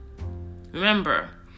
remember